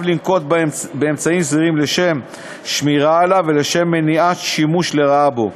לנקוט אמצעי זהירות לשם שמירה עליו ולשם מניעת שימוש לרעה בו.